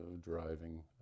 driving